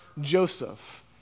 Joseph